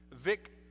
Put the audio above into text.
Vic